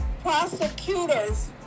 prosecutors